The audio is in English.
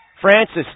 Francis